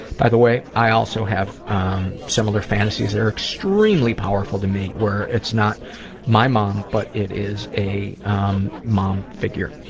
by the way, i also have similar fantasies that are extremely powerful to me, where it's not my mom but it is a um mom figure.